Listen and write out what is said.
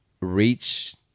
reach